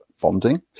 bonding